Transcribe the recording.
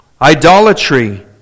idolatry